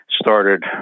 started